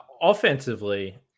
offensively